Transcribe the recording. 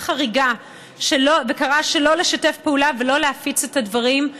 חריגה וקראה שלא לשתף פעולה ולא להפיץ את הדברים,